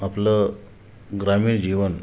आपलं ग्रामीण जीवन